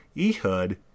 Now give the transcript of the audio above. Ehud